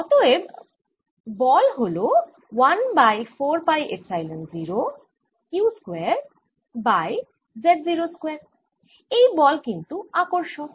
অতএব বল হল 1 by 4 pi epsilon 0 q square by z0 square এই বল কিন্তু আকর্ষক